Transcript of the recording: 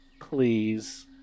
please